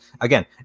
again